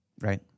Right